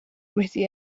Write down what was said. wedi